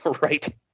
Right